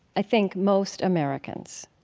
i think, most americans